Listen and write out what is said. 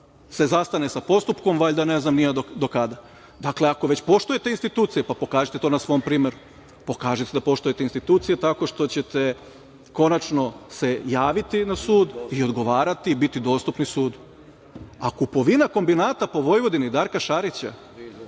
se zastane sa postupkom, valjda ne znam do kada. Dakle, ako već poštujete institucije, pokažite to na svom primeru, pokažite da poštujete institucije tako što ćete konačno se javiti na sud i odgovarati, biti dostupni sudu. A kupovina kombinata po Vojvodini Darka Šarića